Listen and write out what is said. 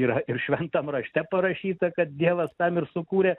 yra ir šventam rašte parašyta kad dievas tam ir sukūrė